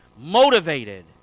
motivated